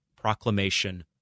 proclamation